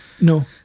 No